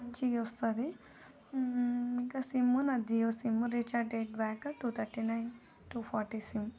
మంచిగా వస్తుంది ఇంకా సిమ్ము నాది Jio sim recharge date pack two thirty nine two forty